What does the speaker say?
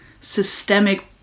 systemic